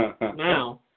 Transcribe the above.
now